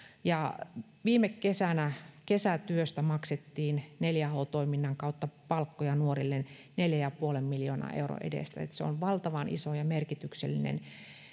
viime kesänä kesätyöstä maksettiin neljä h toiminnan kautta palkkoja nuorille neljän pilkku viiden miljoonan euron edestä joten se on valtavan iso ja merkityksellinen